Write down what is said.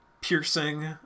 Piercing